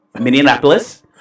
Minneapolis